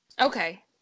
Okay